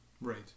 Right